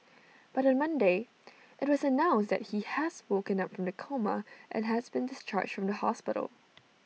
but on Monday IT was announced that he has woken up from the coma and has been discharged from hospital